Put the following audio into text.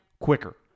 quicker